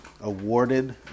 awarded